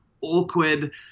awkward